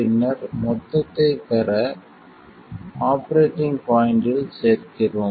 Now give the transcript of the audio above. பின்னர் மொத்தத்தைப் பெற ஆபரேட்டிங் பாய்ண்ட்டில் சேர்க்கிறோம்